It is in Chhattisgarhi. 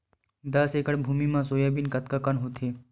दस एकड़ भुमि म सोयाबीन कतका कन होथे?